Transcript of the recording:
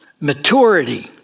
maturity